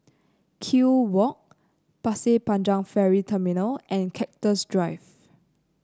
Kew Walk Pasir Panjang Ferry Terminal and Cactus Drive